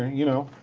you know.